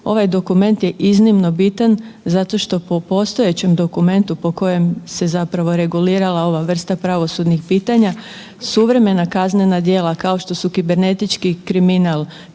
Ovaj dokument je iznimno bitan zato što po postojećem dokumentu po kojem se zapravo regulirala ova vrsta pravosudnih pitanja suvremena kaznena djela, kao što su kibernetički kriminal,